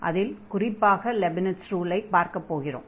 அதில் குறிப்பாக லெபினிட்ஸ் ரூலை பார்க்கப் போகிறோம்